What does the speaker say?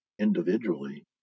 individually